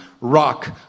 Rock